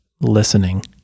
listening